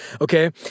Okay